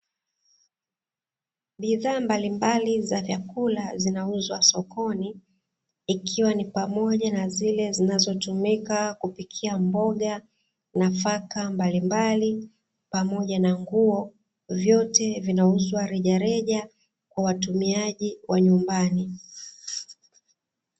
Bidhaa mbalimbali za vyakula zinauzwa sokoni, ikiwa ni pamoja na zile zinazotumika kupikia mboga, nafaka mbalimbali pamoja na nguo ,vyote vinauzwa rejareja kwa watumiaji wa nyumbani.